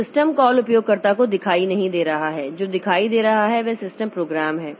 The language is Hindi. तो सिस्टम कॉल उपयोगकर्ता को दिखाई नहीं दे रहा है जो दिखाई दे रहा है वह सिस्टम प्रोग्राम है